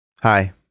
Hi